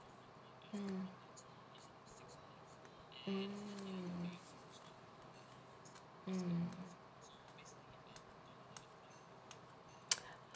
mm mm mm